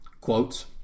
Quotes